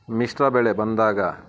ಮಿಶ್ರ ಬೆಳೆ ಬಂದಾಗ